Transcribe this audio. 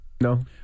no